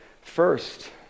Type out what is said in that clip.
First